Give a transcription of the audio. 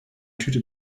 tüte